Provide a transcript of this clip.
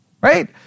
Right